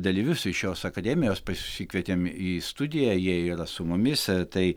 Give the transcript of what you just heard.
dalyvius iš šios akademijos pasikvietėm į studiją jie yra su mumis tai